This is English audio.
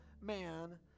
man